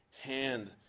hand